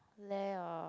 [lleh] or